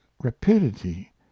rapidity